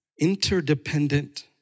interdependent